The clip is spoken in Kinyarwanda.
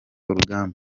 urugamba